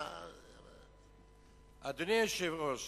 אתה, בשביל מה?